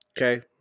Okay